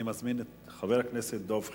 אני מזמין את חבר הכנסת דב חנין,